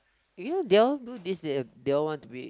you know they all do this they they all want to be